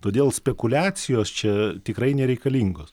todėl spekuliacijos čia tikrai nereikalingos